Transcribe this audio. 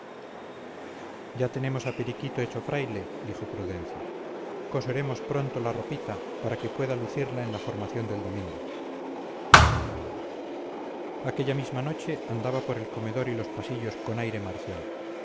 ya tenemos a periquito hecho fraile dijo prudencia coseremos pronto la ropita para que pueda lucirla en la formación del domingo aquella misma noche andaba por el comedor y los pasillos con aire marcial